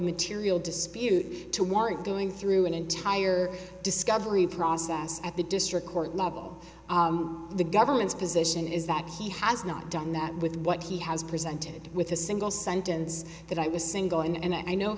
material dispute to warrant going through an entire discovery process at the district court level the government's position is that he has not done that with what he has presented with a single sentence that i was single and